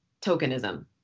tokenism